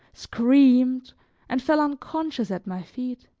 screamed and fell unconscious at my feet.